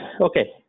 okay